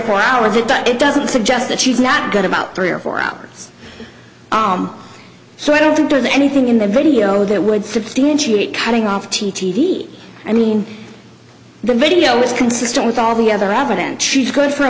four hours it that it doesn't suggest that she's not got about three or four hours arm so i don't think there's anything in the video that would substantiate cutting off the t v i mean the video is consistent with all the other evident truth good for